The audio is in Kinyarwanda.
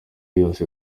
yose